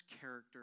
character